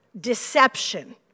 deception